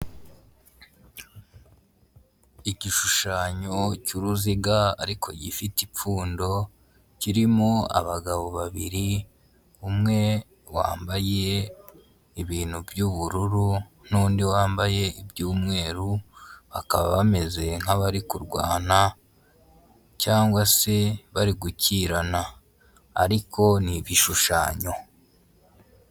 Igishushanyo cy'uruziga ariko gifite ipfundo kirimo abagabo babiri umwe wambaye ibintu by'ubururu n'undi wambaye iby'umweru bakaba bameze nk'abari kurwana cyangwa se bari gukirana ariko ni ibishushanyo.